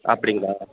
அப்படிங்களா